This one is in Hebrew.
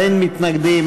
אין מתנגדים,